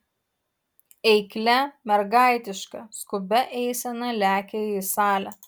eiklia mergaitiška skubia eisena lekia į salę